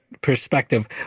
perspective